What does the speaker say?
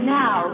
now